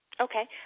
Okay